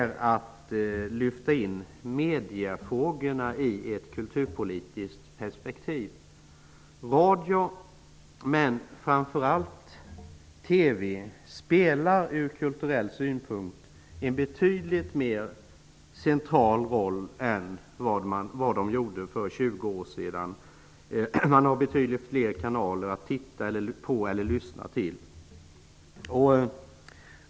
Radio, men framför allt TV, spelar en betydligt mer central roll från kulturell synpunkt än för 20 år sedan. Det finns betydligt fler kanaler att titta på och lyssna till.